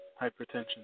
Hypertension